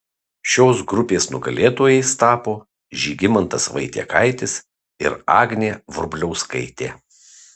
šios grupės nugalėtojais tapo žygimantas vaitiekaitis ir agnė vrubliauskaitė